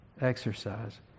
exercise